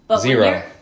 Zero